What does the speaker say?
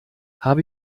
habe